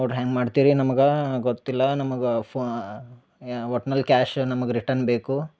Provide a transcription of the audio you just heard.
ನೋಡಿ ಹೆಂಗ ಮಾಡ್ತೀರಿ ನಮ್ಗ ಗೊತ್ತಿಲ್ಲ ನಮಗ ಫಾ ಯಾ ಒಟ್ನಲ್ಲಿ ಕ್ಯಾಶ್ ನಮಗ ರಿಟರ್ನ್ ಬೇಕು